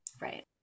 Right